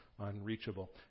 Unreachable